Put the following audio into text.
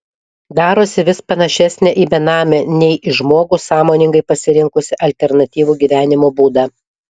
darosi vis panašesnė į benamę nei į žmogų sąmoningai pasirinkusį alternatyvų gyvenimo būdą